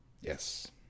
Yes